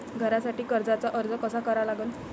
घरासाठी कर्जाचा अर्ज कसा करा लागन?